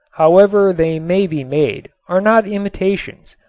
however they may be made, are not imitations,